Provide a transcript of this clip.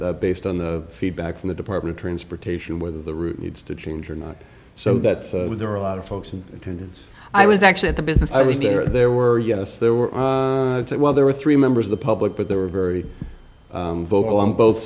not based on the feedback from the department of transportation whether the route needs to change or not so that there are a lot of folks in attendance i was actually at the business i was there there were yes there were well there were three members of the public but they were very vocal on both